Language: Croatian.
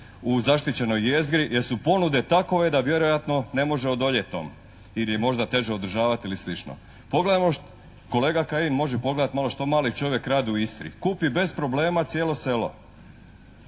u zaštićenoj jezgri jer su ponude takove da vjerojatno ne može odoljeti tome ili je možda teže održavati ili slično. Pogledajmo, kolega Kajin može pogledati malo što mali čovjek radi u Istri. Kupi bez problema cijelo selo.